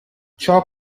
ciò